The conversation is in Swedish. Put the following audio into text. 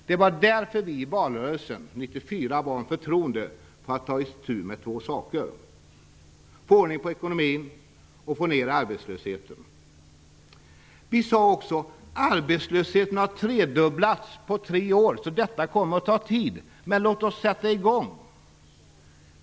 Det var därför som vi i valrörelsen 1994 bad om förtroende för att ta itu med två saker: få ordning på ekonomin och få ner arbetslösheten. Vi sade också: Arbetslösheten har tredubblats på tre år. Därför kommer detta att ta tid, men låt oss sätta i gång!